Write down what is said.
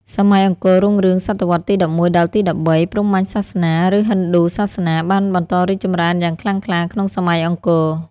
សម័យអង្គររុងរឿង សតវត្សរ៍ទី ១១ ដល់ទី ១៣ ព្រហ្មញ្ញសាសនា ឬហិណ្ឌូសាសនា បានបន្តរីកចម្រើនយ៉ាងខ្លាំងក្លាក្នុងសម័យអង្គរ។